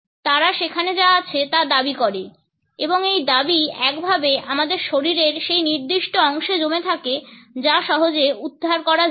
তারা সেখানে যা আছে তা দাবি করে এবং এই দাবি একভাবে আমাদের শরীরের সেই নির্দিষ্ট অংশে জমে থাকে যা সহজে উদ্ধার করা যায় না